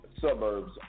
suburbs